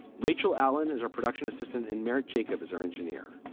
rachel allen is a production assistant in merritt. jacob is our engineer.